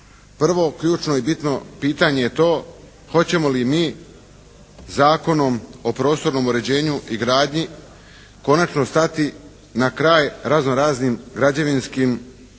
Prvo, ključno i bitno pitanje je to hoćemo li mi Zakonom o prostornom uređenju i gradnji konačno stati na kraj razno raznim građevinskim i